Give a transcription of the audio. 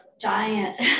giant